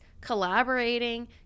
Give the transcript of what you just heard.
collaborating